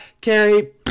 Carrie